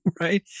right